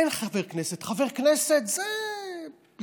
אין חבר כנסת, חבר הכנסת זה לא,